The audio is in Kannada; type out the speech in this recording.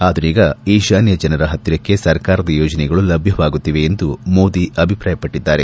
ಆದರೀಗೆ ಈಶಾನ್ಯ ಜನರ ಹತ್ತಿರಕ್ಕೆ ಸರ್ಕಾರದ ಯೋಜನೆಗಳು ಲಭ್ಞವಾಗುತ್ತಿವೆ ಎಂದು ಮೋದಿ ಅಭಿಪ್ರಾಯಪಟ್ಟದ್ದಾರೆ